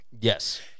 Yes